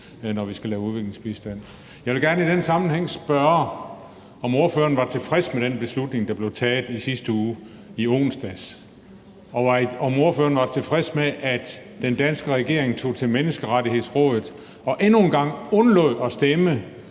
når vi skal lave udviklingsbistand. Jeg vil gerne i den sammenhæng spørge, om ordføreren var tilfreds med den beslutning, der blev taget i onsdags i sidste uge. Var ordføreren tilfreds med, at den danske regering tog til Menneskerettighedsrådet og endnu en gang undlod at stemme,